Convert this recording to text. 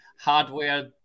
hardware